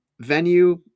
venue